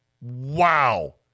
Wow